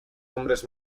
hombres